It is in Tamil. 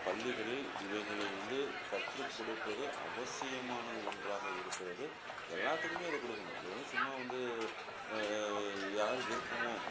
பள்ளிகளில் இவைகளை வந்து கற்றுக்கொடுப்பது அவசியமானது ஒன்றாக இருக்கிறது எல்லோத்துக்குமே அது கொடுக்கணும் அது வந்து சும்மா வந்து யாருக்கு விருப்பமோ